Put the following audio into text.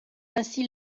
ainsi